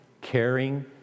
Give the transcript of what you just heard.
caring